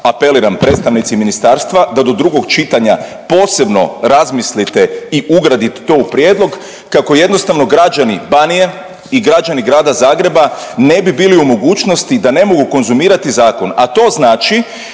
apeliram predstavnici ministarstva da do drugog čitanja posebno razmislite i ugradite to u prijedlog kako jednostavno građani Banije i građani grada Zagreba ne bi bili u mogućnosti da ne mogu konzumirati zakon,